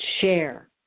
share